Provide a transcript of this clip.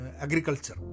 agriculture